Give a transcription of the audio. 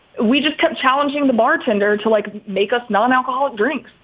we just kept challenging the bartender to, like, make us non-alcoholic drinks.